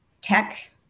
tech